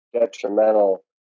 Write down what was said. detrimental